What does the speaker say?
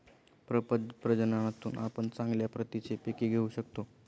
प्रपद प्रजननातून आपण चांगल्या प्रतीची पिके घेऊ शकतो